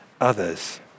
others